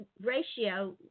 ratio